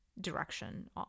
direction